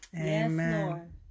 Amen